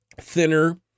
thinner